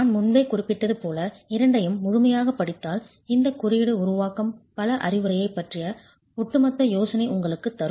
நான் முன்பே குறிப்பிட்டது போல இரண்டையும் முழுமையாகப் படித்தால் இந்தக் குறியீடு உருவாக்கும் பல அறிவுரையைப் பற்றிய ஒட்டுமொத்த யோசனை உங்களுக்குத் தரும்